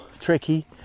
tricky